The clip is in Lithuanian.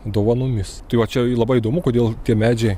dovanomis tai va čia labai įdomu kodėl tie medžiai